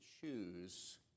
choose